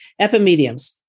epimediums